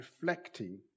reflecting